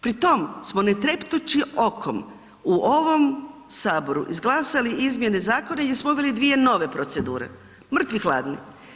Pri tom smo ne treptući okom u ovom Saboru izglasali izmjene zakona jer smo uveli dvije nove procedure, mrtvi hladni.